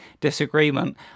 disagreement